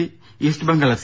C East Bengal F